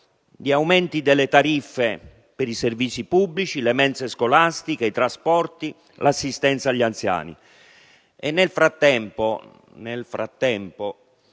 di aumenti delle tariffe per i servizi pubblici, le mense scolastiche, i trasporti, l'assistenza agli anziani. E nel frattempo,